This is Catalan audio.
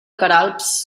queralbs